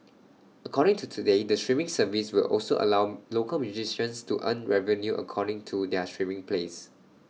according to today the streaming service will also allow local musicians to earn revenue according to their streaming plays